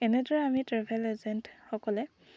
এনেদৰে আমি ট্ৰেভেল এজেণ্টসকলে